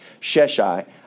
Sheshai